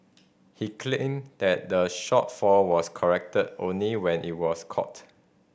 he claimed that the shortfall was corrected only when it was caught